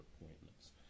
appointments